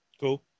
Cool